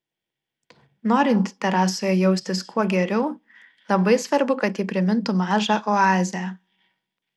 norint terasoje jaustis kuo geriau labai svarbu kad ji primintų mažą oazę